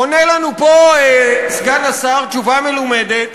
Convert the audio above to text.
עונה לנו פה סגן השר תשובה מלומדת,